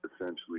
essentially